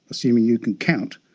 assuming you can count,